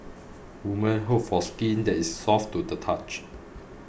women hope for skin that is soft to the touch